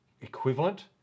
equivalent